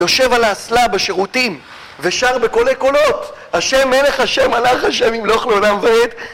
יושב על האסלה בשירותים ושר בקולי קולות, ה' מלך ה' מלך ה' ימלוך לעולם ועד